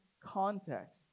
context